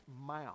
mouth